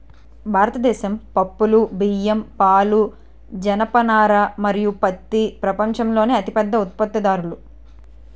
భారతదేశం పప్పులు, బియ్యం, పాలు, జనపనార మరియు పత్తి ప్రపంచంలోనే అతిపెద్ద ఉత్పత్తిదారులు